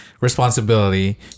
responsibility